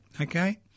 okay